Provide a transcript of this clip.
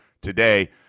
today